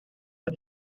are